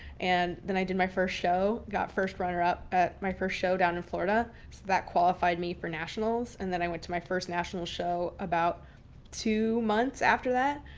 and then i did my first show, got first runner up at my first show down in florida. so that qualified me for nationals. and then i went to my first national show about two months after that.